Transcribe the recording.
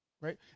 right